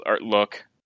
look